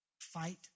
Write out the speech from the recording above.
fight